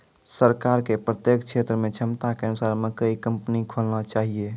सरकार के प्रत्येक क्षेत्र मे क्षमता के अनुसार मकई कंपनी खोलना चाहिए?